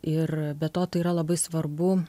ir be to tai yra labai svarbu